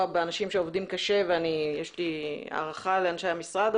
באנשים שעובדים קשה ויש לי הערכה לאנשי המשרד,